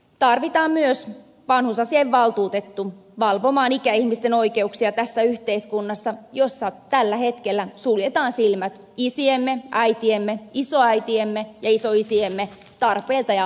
tarvitaan myös vanhusasiainvaltuutettu valvomaan ikäihmisten oikeuksia tässä yhteiskunnassa jossa tällä hetkellä suljetaan silmät isiemme äitiemme isoäitiemme ja isoisiemme tarpeilta ja oikeuksilta